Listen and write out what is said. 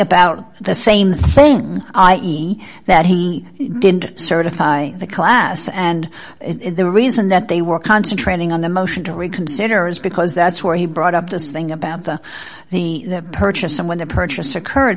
about the same thing i e that he didn't certify the class and the reason that they were concentrating on the motion to reconsider is because that's where he brought up this thing about the the purchase someone the purchaser current